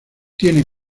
tiene